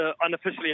unofficially